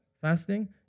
Fasting